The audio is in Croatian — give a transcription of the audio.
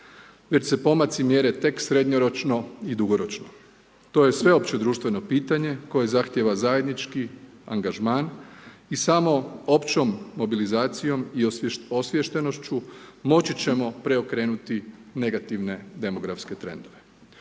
već se pomaci mjere tek srednjoročno i dugoročno. To je sveopće društveno pitanje koje zahtjeva zajednički angažman i samo općom mobilizacijom i osviještenošću moći ćemo preokrenuti negativne demografske trendove.